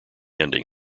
ending